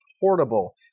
portable